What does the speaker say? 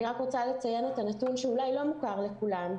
אני רוצה לציין את הנתון שאולי לא מוכר לכולן,